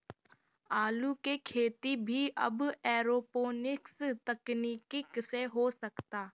आलू के खेती भी अब एरोपोनिक्स तकनीकी से हो सकता